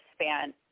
span